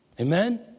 Amen